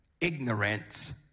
ignorance